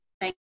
thank